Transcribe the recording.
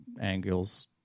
angles